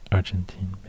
Argentine